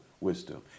wisdom